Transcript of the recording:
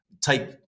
take